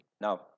Now